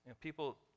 People